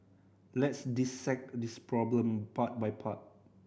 let's dissect this problem part by part